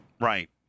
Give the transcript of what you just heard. Right